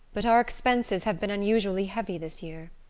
but our expenses have been unusually heavy this year.